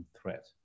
Threat